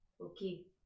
Okay